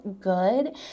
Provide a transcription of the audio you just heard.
good